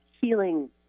healing